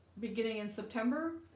beginning in september